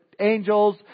angels